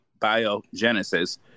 biogenesis